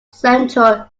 central